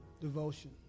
Devotion